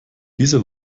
diese